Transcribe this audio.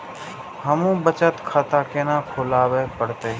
हमू बचत खाता केना खुलाबे परतें?